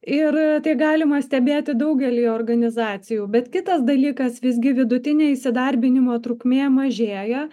ir tai galima stebėti daugely organizacijų bet kitas dalykas visgi vidutinė įsidarbinimo trukmė mažėja